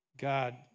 God